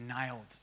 nailed